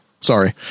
sorry